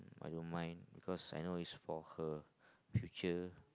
I don't mind because I know it's for her future